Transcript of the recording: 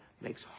makes